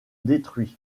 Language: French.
détruits